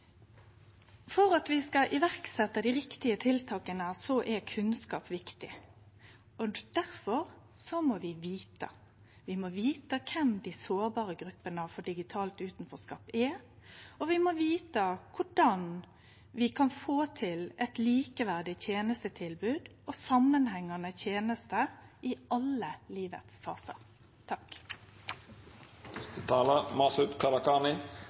For at vi skal setje i verk dei rette tiltaka, er kunnskap viktig. Difor må vi vite. Vi må vite kven dei sårbare gruppene for digital utanforskap er, og vi må vite korleis vi kan få til eit likeverdig tenestetilbod og samanhengande tenester i alle fasar